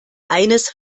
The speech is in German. eines